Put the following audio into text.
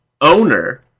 owner